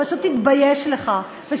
פשוט תתבייש לך, תתביישי לך.